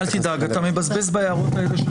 אתה מבזבז בהערות האלה שלך המון זמן.